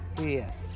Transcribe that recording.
Yes